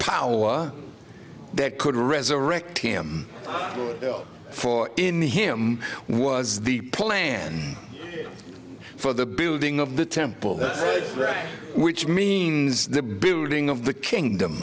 power that could resurrect him for in the him was the plan for the building of the temple which means the building of the kingdom